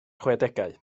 chwedegau